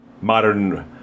modern